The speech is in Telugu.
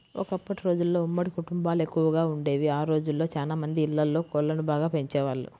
ఒకప్పటి రోజుల్లో ఉమ్మడి కుటుంబాలెక్కువగా వుండేవి, ఆ రోజుల్లో చానా మంది ఇళ్ళల్లో కోళ్ళను బాగా పెంచేవాళ్ళు